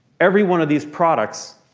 every one of these products,